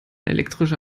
elektrische